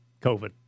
COVID